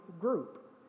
group